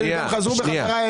הם גם חזרו אלינו בחזרה.